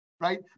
right